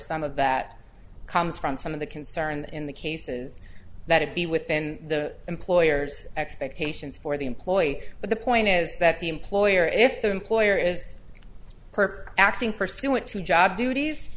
some of that comes from some of the concerns in the cases that it be within the employer's expectations for the employee but the point is that the employer if the employer is per acting pursuant to job duties